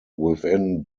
within